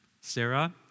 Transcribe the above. Sarah